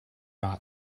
not